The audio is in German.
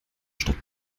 stadt